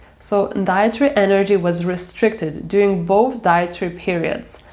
so dietary energy was restricted during both dietary periods,